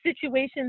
situations